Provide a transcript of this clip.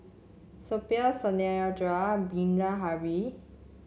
Suppiah Satyendra Bilahari